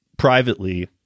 privately